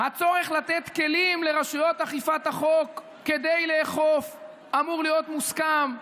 הצורך לתת כלים לרשויות אכיפת החוק כדי לאכוף אמור להיות מוסכם.